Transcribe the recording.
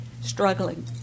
struggling